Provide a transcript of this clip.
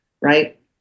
Right